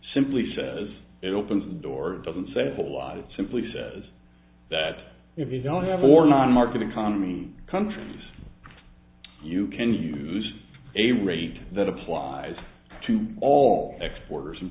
simply says it opens the door doesn't say a whole lot it simply says that if you don't have or not a market economy countries you can use a rate that applies to all exporters and